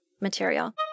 material